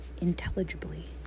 intelligibly